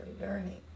learning